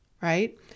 right